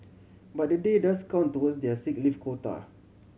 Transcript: but the day does count towards their sick leave quota